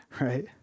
right